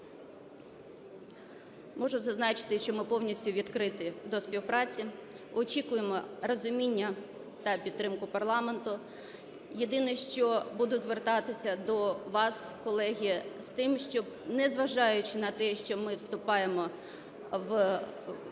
Можу зазначити, що ми повністю відкриті до співпраці, очікуємо розуміння та підтримку парламенту. Єдине, що буду звертатися до вас, колеги, з тим, щоб, незважаючи на те, що ми вступаємо в